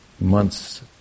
months